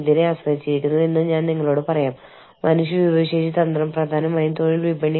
അതിനാൽ നമ്മൾ മെച്ചപ്പെടുത്തേണ്ടതുണ്ട് നമ്മുടെ ആന്റിനകൾ ഉയർത്തിപ്പിടിക്കുകയും നമ്മുടെ വിവര ചാനലുകൾ വ്യക്തമായി സൂക്ഷിക്കുകയും വേണം